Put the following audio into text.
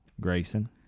Grayson